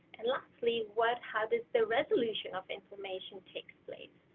and lastly what has the so resolution of inflammation takes place.